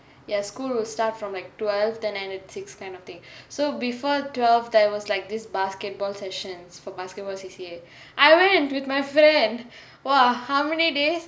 yes school start from twelve then ended six kind of thing so before twelve there was like this basketball sessions for basketball C_C_A I went with my friend !wah! how many days